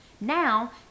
Now